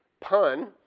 pun